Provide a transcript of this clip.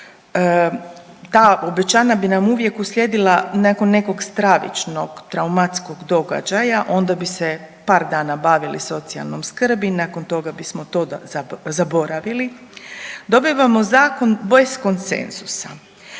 ta obećanja bi nam uvijek uslijedila nakon nekog stravičnog traumatskog događaja onda bi se par dana bavili socijalnom skrbi, nakon toga bismo to zaboravili. Dobivamo zakon bez konsenzusa